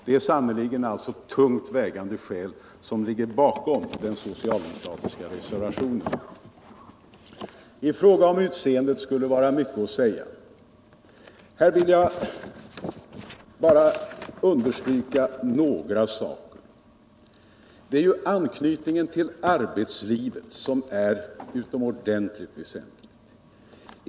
Det är alltså synnerligen tungt vägande skäl som ligger bakom den socialdemokratiska reservationen. Beträffande lek mannarepresentationens utseende skulle det vara mycket att säga. Här vill jag bara understryka några saker. Anknytningen till arbetslivet är utomordentligt väsentlig.